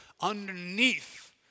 underneath